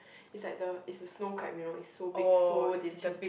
it's like the it's the snow crab you know it's so big so delicious